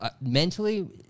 mentally